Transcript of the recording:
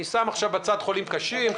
ואני שם בצד חולים קשים.